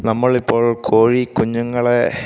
നമ്മളിപ്പോൾ കോഴികുഞ്ഞുങ്ങളെ